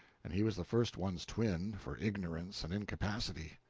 and he was the first one's twin, for ignorance and incapacity.